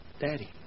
Daddy